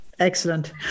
Excellent